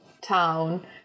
town